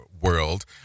world